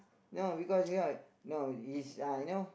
no because right no it's uh you know